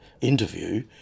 interview